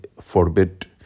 forbid